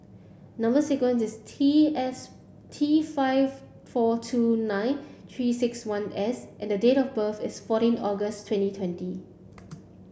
number sequence is T S T five four two nine three six one S and date of birth is fourteen August twenty twenty